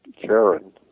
Karen